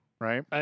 Right